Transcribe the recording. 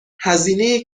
هزینه